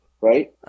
right